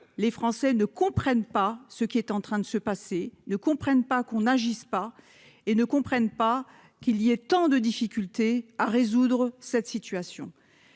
les Français ne comprennent pas ce qui est en train de se passer ne comprennent pas qu'on agisse pas et ne comprennent pas qu'il y ait tant de difficultés à résoudre cette situation.